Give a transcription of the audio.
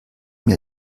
mir